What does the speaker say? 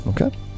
Okay